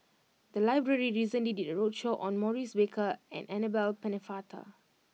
the library recently did a roadshow on Maurice Baker and Annabel Pennefather